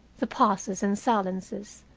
the pauses and silences,